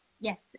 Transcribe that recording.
yes